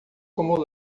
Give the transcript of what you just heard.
como